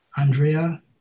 Andrea